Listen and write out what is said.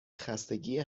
خستگی